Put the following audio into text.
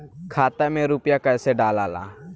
खाता में रूपया कैसे डालाला?